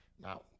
Now